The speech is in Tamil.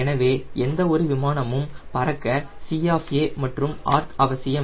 எனவே எந்தவொரு விமானமும் பறக்க C ஆஃப் A மற்றும் ARC அவசியம்